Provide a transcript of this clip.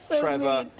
trevor,